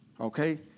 Okay